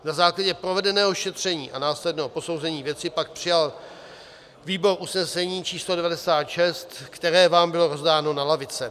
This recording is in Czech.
Na základě provedeného šetření a následného posouzení věci pak přijal výbor usnesení č. 96, které vám bylo rozdáno na lavice.